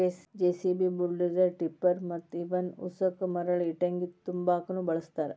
JCB, bulldozer, tipper ಮತ್ತ ಇವನ್ ಉಸಕ ಮರಳ ಇಟ್ಟಂಗಿ ತುಂಬಾಕುನು ಬಳಸ್ತಾರ